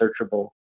searchable